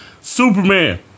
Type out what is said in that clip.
Superman